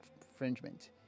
infringement